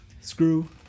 screw